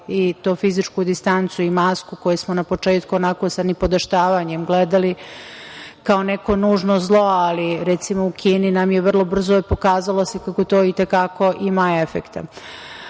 fizičku distancu i masku koju smo na početku onako sa nipodaštavanjem gledali kao neko nužno zlo. Ali, recimo u Kini nam se vrlo brzo pokazalo kako to i te kako ima efekta. Tako